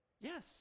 yes